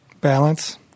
Balance